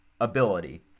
ability